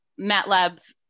MATLAB